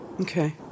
Okay